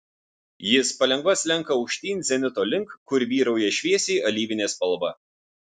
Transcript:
jis palengva slenka aukštyn zenito link kur vyrauja šviesiai alyvinė spalva